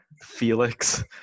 felix